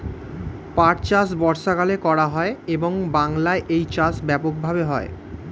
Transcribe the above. পাট চাষ বর্ষাকালে করা হয় এবং বাংলায় এই চাষ ব্যাপক ভাবে হয়